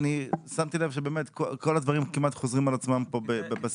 שמתי לב שכמעט כל הדברים חוזרים על עצמם בשיח.